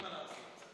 עם הסגל הבכיר שבה.